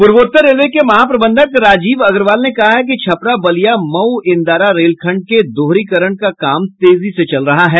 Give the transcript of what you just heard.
पूर्वोत्तर रेलवे के महाप्रबंधक राजीव अग्रवाल ने है कहा कि छपरा बलिया मऊ इंदारा रेलखंड के दोहरीकरण का काम तेजी से चल रहा है